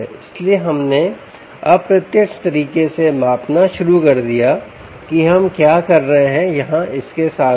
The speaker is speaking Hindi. इसलिए हमने अप्रत्यक्ष तरीके से मापना शुरू कर दिया कि हम क्या कर रहे हैं यहाँ इस के साथ भी